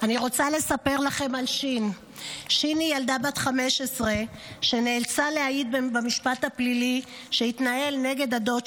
הנושא הבא על סדר-היום, הצעת חוק לתיקון סדרי הדין